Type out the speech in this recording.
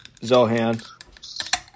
Zohan